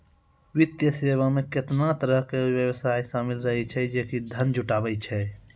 वित्तीय सेवा मे केतना तरहो के व्यवसाय शामिल रहै छै जे कि धन जुटाबै छै